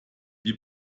die